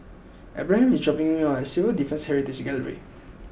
Abraham is dropping me off at Civil Defence Heritage Gallery